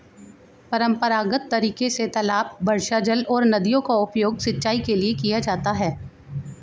परम्परागत तरीके से तालाब, वर्षाजल और नदियों का उपयोग सिंचाई के लिए किया जाता है